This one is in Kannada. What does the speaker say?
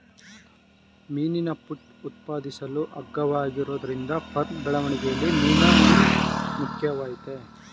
ಮೀನಿನ ಫುಡ್ ಉತ್ಪಾದಿಸಲು ಅಗ್ಗವಾಗಿರೋದ್ರಿಂದ ಫಾರ್ಮ್ ಬೆಳವಣಿಗೆಲಿ ಮೀನುಮೀಲ್ ಮುಖ್ಯವಾಗಯ್ತೆ